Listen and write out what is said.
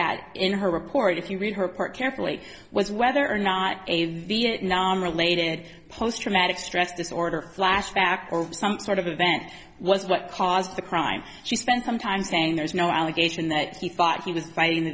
at in her report if you read her part carefully was whether or not a vietnam related post traumatic stress disorder flashback or some sort of event was what caused the crime she spent some time saying there's no allegation that he thought he was fighting the